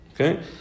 Okay